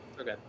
Okay